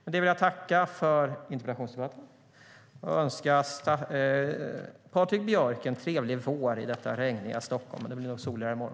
Med det vill jag tacka för interpellationsdebatten och önska Patrik Björck en trevlig vår i detta regniga Stockholm - det blir nog soligare i morgon.